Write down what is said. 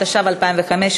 התשע"ה 2015,